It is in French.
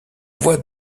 voix